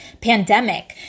pandemic